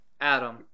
Adam